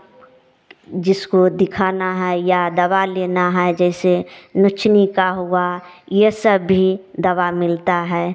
जिसको दिखाना है या दवा लेना है जैसे नोचनी का हुआ यह सब भी दवा मिलता है